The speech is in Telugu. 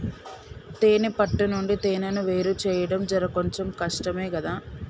తేనే పట్టు నుండి తేనెను వేరుచేయడం జర కొంచెం కష్టమే గదా